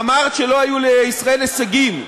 אמרת שלא היו לישראל הישגים,